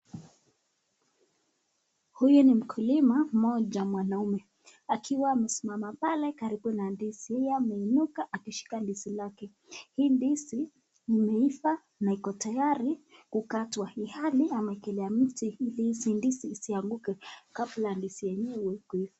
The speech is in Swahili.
Huyu ni mkulima mmoja mwanaume akiwa amesimama pale karibu na ndizi pia ameinuka akishika ndizi lake, hii ndizi imeiva na iko tayari kukatwa ilhali amewekelea miti ili hizi ndizi isianguke kabla ndizi yenyewe.